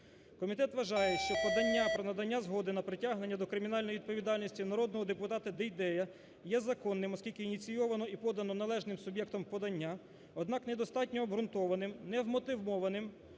Комітет вважає, що подання про надання згоди на притягнення до кримінальної відповідальності народного депутата Дейдея є законним, оскільки ініційовано і подано належним суб'єктом подання, Однак недостатньо обґрунтованим, невмотивованим